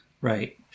Right